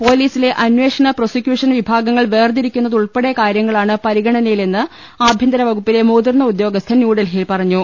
പൊലീസിലെ അന്വേഷണ prosecution വിഭാഗങ്ങൾ വേർതിരിക്കുന്നതുൾപ്പെടെ കാര്യങ്ങ ളാണ് പരിഗണനയിലെന്ന് ആഭ്യന്തര വകുപ്പിലെ മുതിർന്ന ഉദ്യോഗസ്ഥൻ ന്യൂഡൽഹിയിൽ പറഞ്ഞു